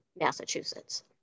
Massachusetts